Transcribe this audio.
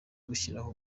gushyiraho